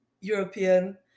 European